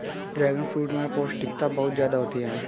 dragon fruit में पौष्टिकता बहुत ज्यादा होती है